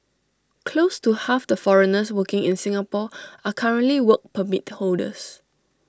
close to half the foreigners working in Singapore are currently Work Permit holders